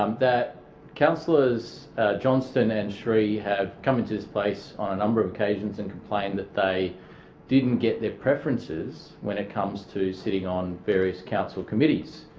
um that councillors johnston and sri have come into this place on a number of occasions and complained that they didn't get their preferences when it comes to sitting on various council committees.